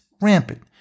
Rampant